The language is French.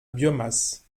biomasse